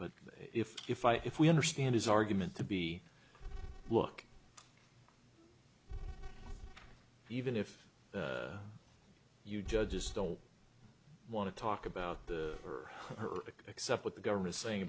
but if if i if we understand his argument to be look even if you judges don't want to talk about the or her except what the government's saying